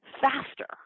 faster